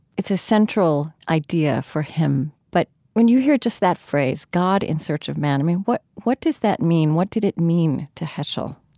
it's a central idea for him, but when you hear just that phrase, god in search of man, what what does that mean? what did it mean to heschel?